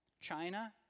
China